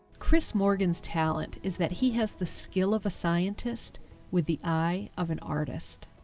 chris morgan's talent is that he has the skill of a scientist with the eye of an artist.